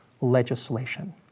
legislation